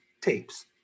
Tapes